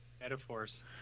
metaphors